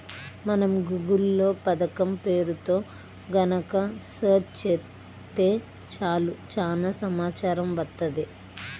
మనం గూగుల్ లో పథకం పేరుతో గనక సెర్చ్ చేత్తే చాలు చానా సమాచారం వత్తది